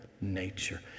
nature